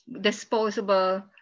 disposable